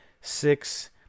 Six